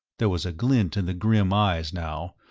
there was a glint in the grim eyes now,